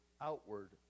outward